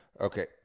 Okay